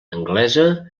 anglesa